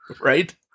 Right